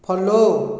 follow